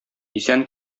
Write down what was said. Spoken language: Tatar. исән